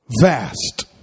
vast